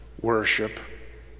worship